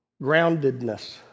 groundedness